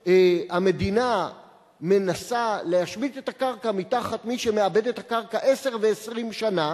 שהמדינה מנסה להשמיט את הקרקע מתחת מי שמעבד את הקרקע עשר ו-20 שנה